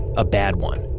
a bad one.